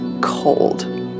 cold